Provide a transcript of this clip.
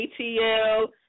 ATL